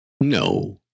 No